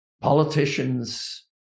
politicians